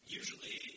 usually